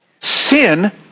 Sin